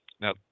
Now